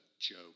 joke